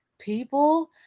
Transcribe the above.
people